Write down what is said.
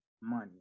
money